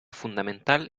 fundamental